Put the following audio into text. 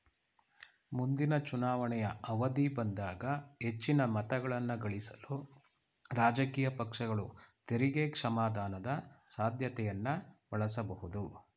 ಮುಂದಿನ ಚುನಾವಣೆಯ ಅವಧಿ ಬಂದಾಗ ಹೆಚ್ಚಿನ ಮತಗಳನ್ನಗಳಿಸಲು ರಾಜಕೀಯ ಪಕ್ಷಗಳು ತೆರಿಗೆ ಕ್ಷಮಾದಾನದ ಸಾಧ್ಯತೆಯನ್ನ ಬಳಸಬಹುದು